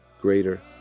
greater